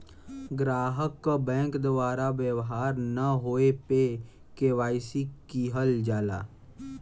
ग्राहक क बैंक द्वारा व्यवहार न होये पे के.वाई.सी किहल जाला